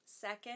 second